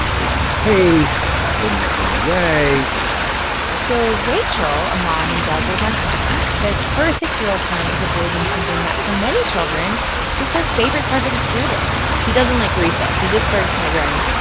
they can pace. they might run away so rachel, a mom in belgrade, mont, ah says her six year old son is avoiding something that for many children is their favorite part of of the school day he doesn't like recess. he just started kindergarten.